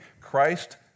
Christ